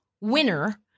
winner